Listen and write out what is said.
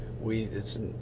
we—it's